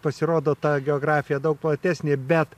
pasirodo ta geografija platesnė bet